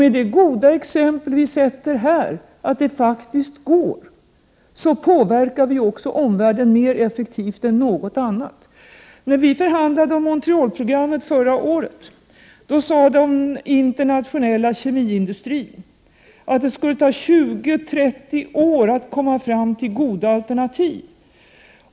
Med det goda exempel som vi utgör här — att vi visar att det faktiskt går — påverkar vi omvärlden mer effektivt än med något annat. När vi förhandlade om Montrealprogrammet förra året sade företrädare för den internationella kemiindustrin att det skulle ta 20—30 år att komma fram till goda alternativ.